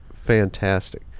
Fantastic